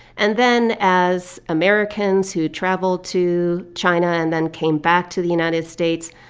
and then, as americans who travel to china and then came back to the united states,